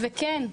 וכן,